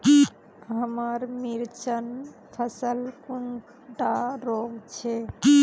हमार मिर्चन फसल कुंडा रोग छै?